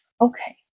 Okay